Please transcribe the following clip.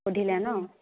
সুধিলে ন